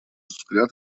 взгляд